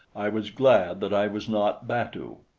i was glad that i was not batu.